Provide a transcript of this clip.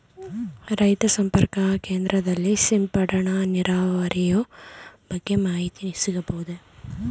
ರೈತ ಸಂಪರ್ಕ ಕೇಂದ್ರದಲ್ಲಿ ಸಿಂಪಡಣಾ ನೀರಾವರಿಯ ಬಗ್ಗೆ ಮಾಹಿತಿ ಸಿಗಬಹುದೇ?